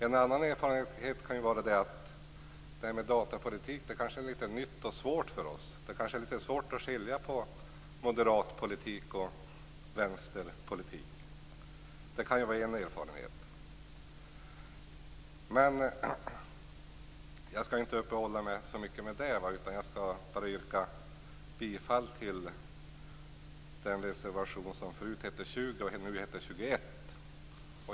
En annan erfarenhet kan vara att detta med datapolitik kanske är litet nytt och svårt för oss, och det kanske är litet svårt att skilja på moderatpolitik och vänsterpolitik. Det kan vara en erfarenhet. Nu skall jag inte uppehålla mig så mycket vid det. Jag skall yrka bifall till den reservation som förut hette 20 och nu heter 21.